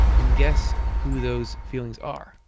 and guess who those feelings are?